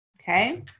Okay